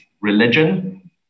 religion